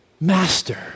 Master